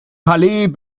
palais